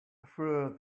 feel